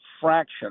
fraction